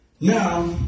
Now